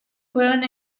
fueron